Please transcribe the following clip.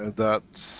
and that